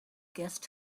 guest